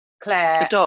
Claire